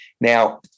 Now